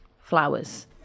flowers